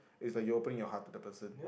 is that you open your heart to the person